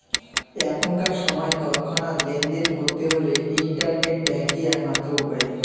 এখনকার সময় তৎক্ষণাৎ লেনদেন করতে হলে ইন্টারনেট ব্যাঙ্কই এক মাত্র উপায়